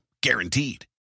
Guaranteed